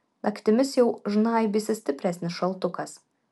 naktimis jau žnaibysis stipresnis šaltukas